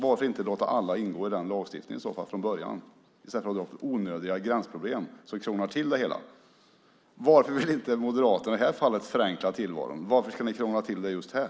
Varför inte låta alla ingå i lagstiftningen från början i stället för att åstadkomma onödiga gränsdragningsproblem som krånglar till det hela? Varför vill inte Moderaterna förenkla tillvaron i det här fallet? Varför ska ni krångla till det just här?